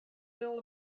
build